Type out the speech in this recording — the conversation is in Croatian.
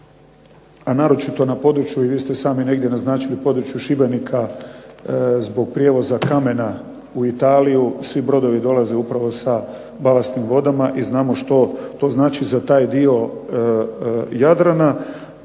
a naročito u području, vi ste sami negdje naznačili u području Šibenika zbog prijevoza kamena u Italiju svi brodovi dolaze upravo sa balastnim vodama i znamo što to znači za taj dio Jadrana,